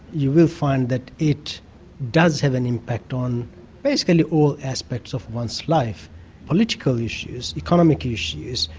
you will find that it does have an impact on basically all aspects of one's life political issues, economic issues,